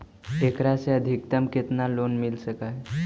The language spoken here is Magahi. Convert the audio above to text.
एकरा से अधिकतम केतना लोन मिल सक हइ?